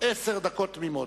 עשר דקות תמימות.